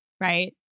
right